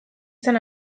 zen